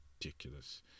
ridiculous